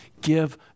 give